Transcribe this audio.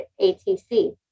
ATC